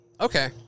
Okay